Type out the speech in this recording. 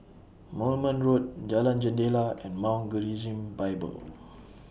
Moulmein Road Jalan Jendela and Mount Gerizim Bible